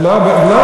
לא.